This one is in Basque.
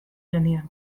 genien